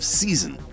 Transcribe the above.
season